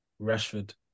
Rashford